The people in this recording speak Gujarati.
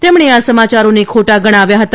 તેમણે આ સમાયારોને ખોટા ગણાવ્યા હતા